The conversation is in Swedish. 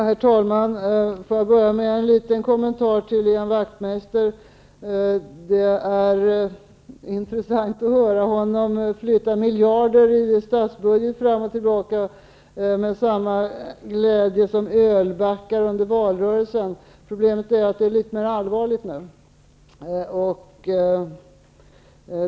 Herr talman! Jag vill börja med en kommentar till Ian Wachtmeister. Det är intressant att höra honom flytta miljarder i statsbudgeten fram och tillbaka med samma glädje som när det gällde ölbackar i valrörelsen. Problemet är att det är litet mer allvarligt nu.